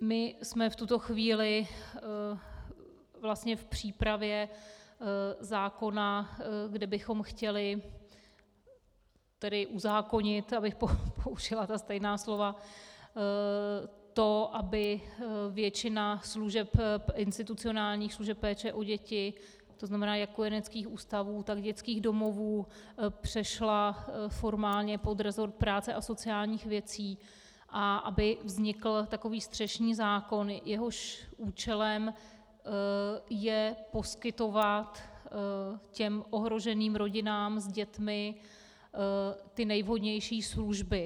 My jsme v tuto chvíli vlastně v přípravě zákona, kde bychom chtěli uzákonit, abych použila ta stejná slova, to, aby většina služeb, institucionálních služeb péče o děti, to znamená jak kojeneckých ústavů, tak dětských domovů, přešla formálně pod resort práce a sociálních věcí a aby vznikl takový střešní zákon, jehož účelem je poskytovat těm ohroženým rodinám s dětmi ty nejvhodnější služby.